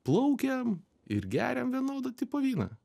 plaukiam ir geriam vienodo tipo vyną